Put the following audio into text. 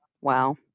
wow